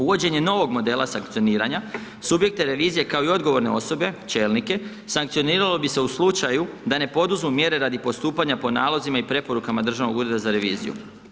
Uvođenje novog modela sankcioniranja subjekte revizije kao i odgovorne osobe, čelike, sankcioniralo bi se u slučaju da ne poduzmu mjere radi postupanja po nalozima i preporukama Državnog ureda za reviziju.